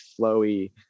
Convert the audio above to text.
flowy